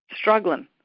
struggling